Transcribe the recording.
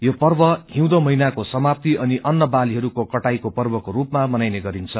यो पर्व हिउँदो महिनाको सामाप्ति अनि अन्नवालीहरूको कटाइको र्षको रूपामा मााइने गरिन्छ